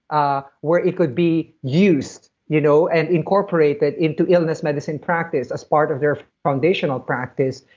ah where it could be used you know and incorporated into illness medicine practice as part of their foundational practice,